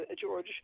George